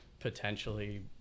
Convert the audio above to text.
potentially